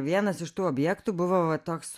vienas iš tų objektų buvo va toks